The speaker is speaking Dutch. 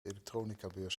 elektronicabeurs